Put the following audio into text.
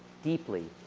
deeply?